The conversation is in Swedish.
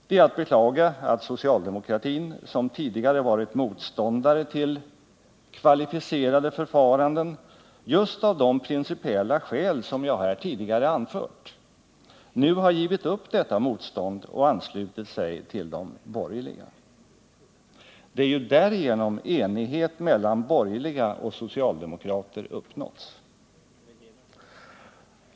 Det är att beklaga att socialdemokratin, som tidigare har varit motståndare till kvalificerade förfaranden, just av de principiella skäl som jag här har anfört nu har givit upp detta motstånd och anslutit sig till de borgerliga. Det är ju därigenom enighet mellan borgerliga och socialdemokrater har uppnåtts.